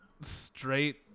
straight